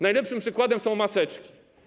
Najlepszym przykładem są maseczki.